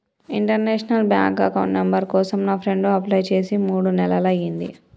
international bank account number కోసం నా friend apply చేసి మూడు నెలలయ్యింది